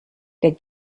der